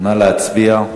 נא להצביע.